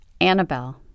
Annabelle